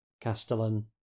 Castellan